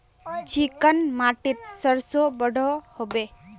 Chicken माटित सरसों बढ़ो होबे?